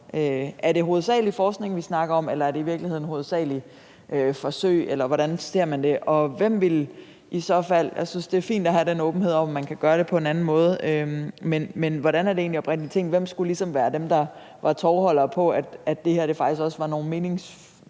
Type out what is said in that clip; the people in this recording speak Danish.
Er det hovedsagelig forskning, vi snakker om, eller er det i virkeligheden hovedsagelig forsøg, eller hvordan ser man det? Og hvem ville det i så fald gælde? Jeg synes, det er fint at have den åbenhed om, at man kan gøre det på en anden måde, men hvordan er det egentlig oprindelig tænkt? Hvem skulle ligesom være dem, der var tovholdere på, at det her faktisk også var nogle meningsfulde